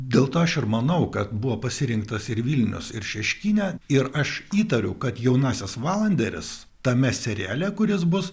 dėl to aš ir manau kad buvo pasirinktas ir vilnius ir šeškinė ir aš įtariu kad jaunasis valanderis tame seriale kuris bus